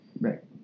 Right